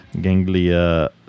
Ganglia